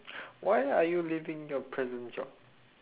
why are you leaving your present job